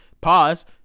pause